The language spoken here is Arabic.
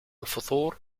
الفطور